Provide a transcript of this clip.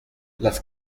las